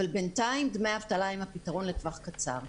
אבל בינתיים, דמי אבטלה הם הפתרון לטווח קצר.